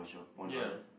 ya